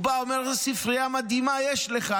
הוא בא, אומר: איזו ספרייה מדהימה יש לך.